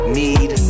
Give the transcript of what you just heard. need